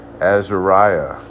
Azariah